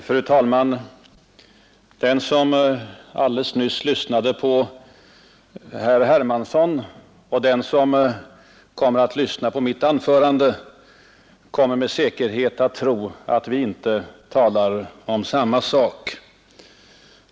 Fru talman! Den som alldeles nyss lyssnade till herr Hermansson och nu lyssnar på mitt anförande kommer med säkerhet att tro att vi inte talar om samma sak.